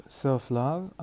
self-love